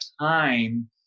time